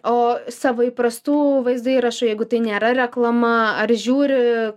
o savo įprastų vaizdo įrašų jeigu tai nėra reklama ar žiūri